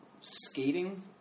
skating